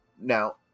Now